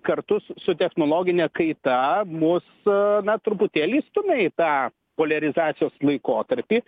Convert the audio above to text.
kartu su technologine kaita mus na truputėlį stumia į tą poliarizacijos laikotarpį